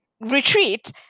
retreat